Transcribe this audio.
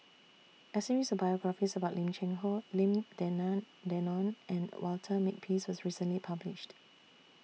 A series of biographies about Lim Cheng Hoe Lim Denan Denon and Walter Makepeace was recently published